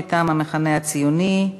מטעם המחנה הציוני,